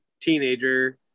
teenager